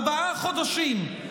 ארבעה חודשים,